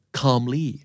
calmly